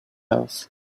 house